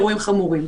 אירועים חמורים.